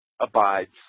abides